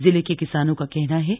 जिले के किसानों का कहना हा